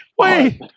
wait